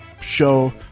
show